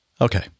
okay